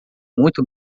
muito